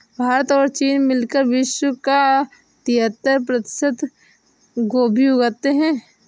भारत और चीन मिलकर विश्व का तिहत्तर प्रतिशत गोभी उगाते हैं